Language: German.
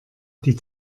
die